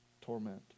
torment